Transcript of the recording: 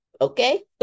Okay